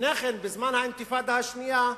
לפני כן, בזמן האינתיפאדה השנייה,